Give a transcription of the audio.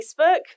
Facebook